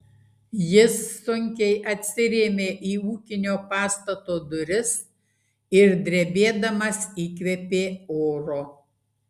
jis sunkiai atsirėmė į ūkinio pastato duris ir drebėdamas įkvėpė oro